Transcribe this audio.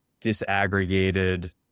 disaggregated